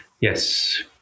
Yes